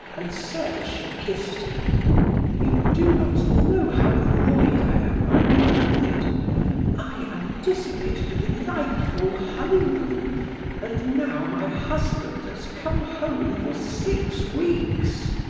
and said as she kissed him you do not know how annoyed i am, my beloved i anticipated a delightful honeymoon and now my husband has come home for six weeks.